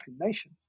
nation